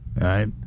Right